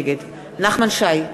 נגד נחמן שי,